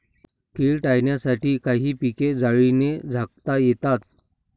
कीड टाळण्यासाठी काही पिके जाळीने झाकता येतात